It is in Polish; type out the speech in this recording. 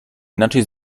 inaczej